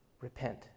repent